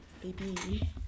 baby